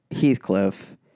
Heathcliff